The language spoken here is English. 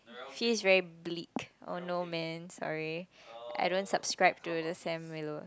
he's very bleak oh no man sorry I don't subscribe to the Sam Willows